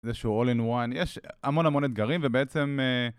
איזשהו all in one, יש המון המון אתגרים ובעצם